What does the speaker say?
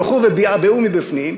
הלכו ובעבעו מבפנים,